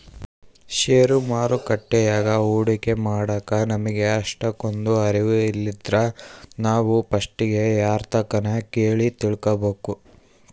ಷೇರು ಮಾರುಕಟ್ಯಾಗ ಹೂಡಿಕೆ ಮಾಡಾಕ ನಮಿಗೆ ಅಷ್ಟಕೊಂದು ಅರುವು ಇಲ್ಲಿದ್ರ ನಾವು ಪಸ್ಟಿಗೆ ಯಾರ್ತಕನ ಕೇಳಿ ತಿಳ್ಕಬಕು